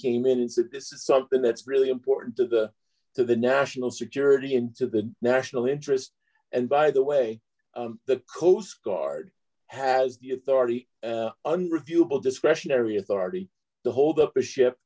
came in that this is something that's really important to the to the national security into the national interest and by the way the coast guard has the authority under review bill discretionary authority to hold up the ship